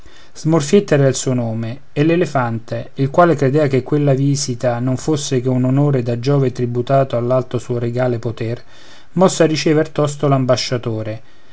smorfietta era il suo nome e l'elefante il quale credea che quella visita non fosse che un onore da giove tributato all'alto suo regale poter mosse a ricevere tosto